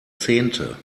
zehnte